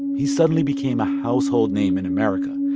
he suddenly became a household name in america.